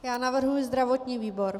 Já navrhuji zdravotní výbor.